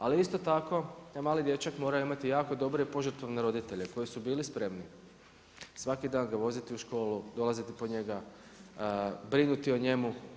Ali je isto tako taj mali dječak morao imati jako dobre i požrtvovne roditelje koji su bili spremni svaki dan ga voziti u školu, dolaziti po njega, brinuti o njemu.